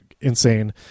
insane